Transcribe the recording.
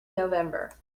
november